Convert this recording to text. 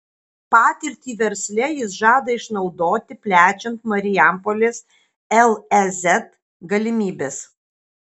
patirtį versle jis žada išnaudoti plečiant marijampolės lez galimybes